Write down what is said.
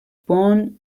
bone